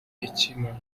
ikimara